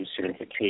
certification